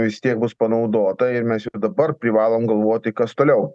vis tiek bus panaudota ir mes jau dabar privalom galvoti kas toliau